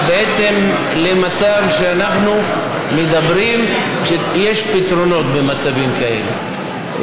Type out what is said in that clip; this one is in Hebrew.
אנחנו מדברים כל כך שיש פתרונות במצבים כאלה.